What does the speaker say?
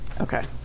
Okay